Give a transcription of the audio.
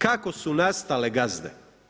Kako su nastale gazde?